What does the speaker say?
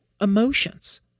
emotions